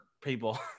people